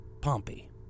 Pompey